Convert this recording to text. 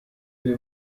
wer